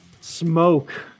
smoke